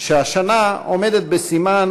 שהשנה עומדת בסימן